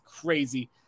crazy